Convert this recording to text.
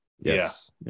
Yes